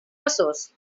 besòs